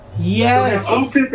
yes